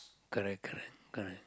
correct correct correct